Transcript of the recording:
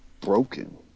broken